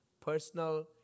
Personal